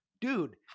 Dude